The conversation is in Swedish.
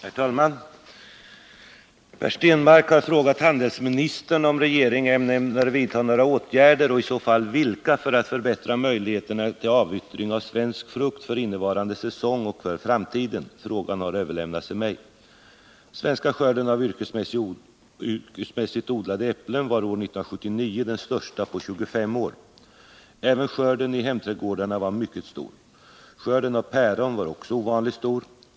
Herr talman! Per Stenmarck har frågat handelsministern om regeringen ämnar vidta några åtgärder, och i så fall vilka, för att förbättra möjligheterna till avyttring av svensk frukt för innevarande säsong och för framtiden. Frågan har överlämnats till mig. Den svenska skörden av yrkesmässigt odlade äpplen var år 1979 den största på 25 år. Även skörden i hemträdgårdarna var mycket stor. Skörden av päron var också ovanligt stor.